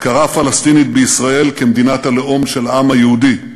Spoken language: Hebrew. הכרה פלסטינית בישראל כמדינת הלאום של העם היהודי,